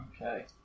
Okay